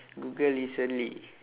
google recently